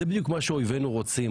זה בדיוק מה שאויבינו רוצים.